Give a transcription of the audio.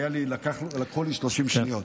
לקחו לי 30 שניות.